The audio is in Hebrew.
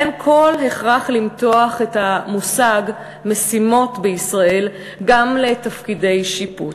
אין כל הכרח למתוח את המושג "משימות בישראל" גם לתפקידי שיפוט.